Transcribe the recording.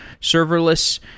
serverless